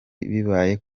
bibayeho